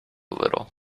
little